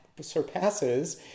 surpasses